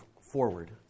forward